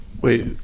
Wait